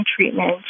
treatment